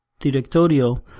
directorio